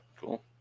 Cool